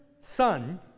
Son